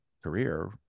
Career